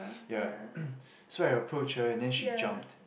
ya so I approached her and then she jumped